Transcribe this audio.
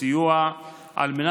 עד